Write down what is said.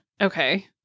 Okay